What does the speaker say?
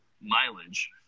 mileage